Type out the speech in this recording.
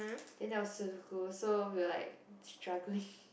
then there was Sudoku so we were like struggling